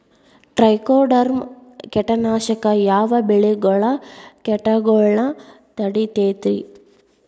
Trichoderma ಕೇಟನಾಶಕ ಯಾವ ಬೆಳಿಗೊಳ ಕೇಟಗೊಳ್ನ ತಡಿತೇತಿರಿ?